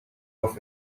off